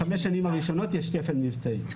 בחמש השנים הראשונות יש כפל מבצעים.